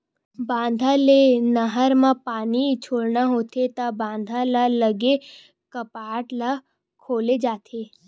बांधा ले नहर म पानी छोड़ना होथे त बांधा म लगे कपाट ल खोले जाथे